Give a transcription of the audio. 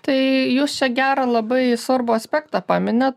tai jūs čia gerą labai svarbų aspektą paminit